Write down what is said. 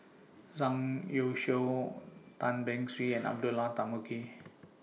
Zhang Youshuo Tan Beng Swee and Abdullah Tarmugi